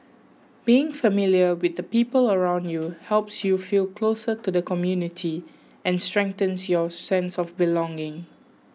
being familiar with the people around you helps you feel closer to the community and strengthens your sense of belonging